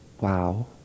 wow